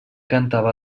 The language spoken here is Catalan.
cantava